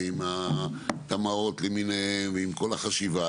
ועם התמ"אות למיניהם ועם כל החשיבה.